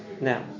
Now